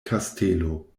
kastelo